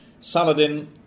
Saladin